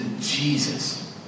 Jesus